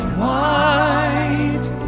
white